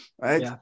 right